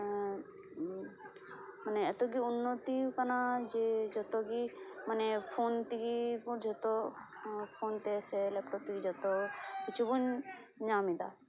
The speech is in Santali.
ᱢᱟᱱᱮ ᱮᱛᱳ ᱜᱮ ᱩᱱᱚᱛᱤ ᱟᱠᱟᱱᱟ ᱡᱮ ᱡᱚᱛᱚ ᱜᱮ ᱢᱟᱱᱮ ᱯᱷᱳᱱ ᱛᱮᱜᱮ ᱡᱚᱛᱚ ᱯᱷᱳᱱ ᱛᱮ ᱥᱮ ᱞᱮᱯᱴᱳᱯ ᱛᱮ ᱡᱚᱛᱚ ᱠᱤᱪᱷᱩᱵᱚᱱ ᱧᱟᱢ ᱮᱫᱟ